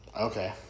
okay